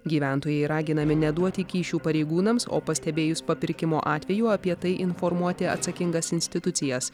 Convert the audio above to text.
gyventojai raginami neduoti kyšių pareigūnams o pastebėjus papirkimo atvejų apie tai informuoti atsakingas institucijas